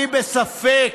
אני בספק.